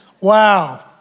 Wow